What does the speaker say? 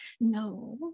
no